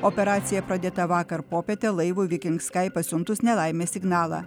operacija pradėta vakar popietę laivui viking skai pasiuntus nelaimės signalą